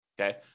Okay